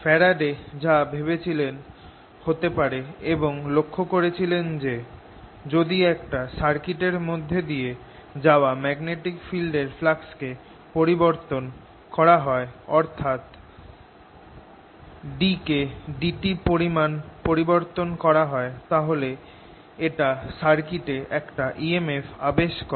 Faraday যা ভেবেছিলেন হতে পারে এবং লক্ষ করেছিলেন যে যদি একটা সার্কিট এর মধ্যে দিয়ে যাওয়া ম্যাগনেটিক ফিল্ড এর ফ্লাক্স কে পরিবর্তন করা হয় অর্থাৎ d কে dt পরিমাণ পরিবর্তন করা হয় তাহলে এটা সার্কিটে একটা emf আবেশ করে